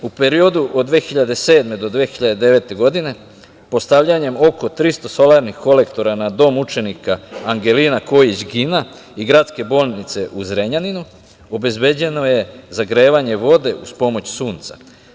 U periodu od 2007. do 2009. godine postavljanjem oko 300 solarnih kolektora na Dom učenika "Angelina Kojić Gina" i Gradske bolnice u Zrenjaninu obezbeđeno je zagrevanje vode uz pomoć Sunca.